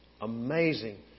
Amazing